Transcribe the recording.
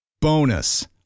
Bonus